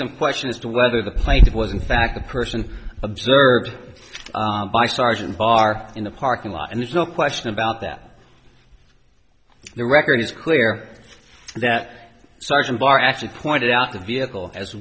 some question as to whether the plaintiff was in fact the person observed by sergeant barr in the parking lot and there's no question about that the record is clear that sergeant barr actually pointed out the vehicle as